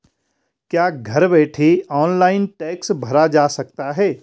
क्या घर बैठे ऑनलाइन टैक्स भरा जा सकता है?